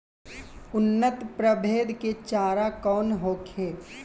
उन्नत प्रभेद के चारा कौन होखे?